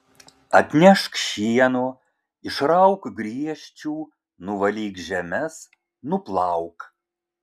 atnešk šieno išrauk griežčių nuvalyk žemes nuplauk